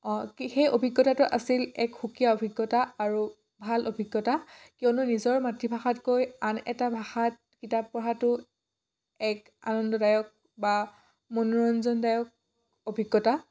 সেই অভিজ্ঞতাটো আছিল এক সুকীয়া অভিজ্ঞতা আৰু ভাল অভিজ্ঞতা কিয়নো নিজৰ মাতৃভাষাতকৈ আন এটা ভাষাত কিতাপ পঢ়াটো এক আনন্দদায়ক বা মনোৰঞ্জনদায়ক অভিজ্ঞতা